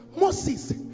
Moses